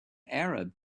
arab